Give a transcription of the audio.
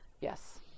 Yes